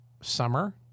summer